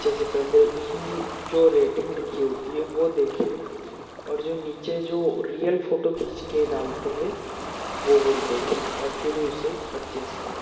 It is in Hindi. अच्छे से पहले उसमें जो रेटिंग लिखी होती है वो देखें और जो नीचे जो रियल फोटो खींच के डालते हैं वो वो देखें और फिर उसे परचेज़ करें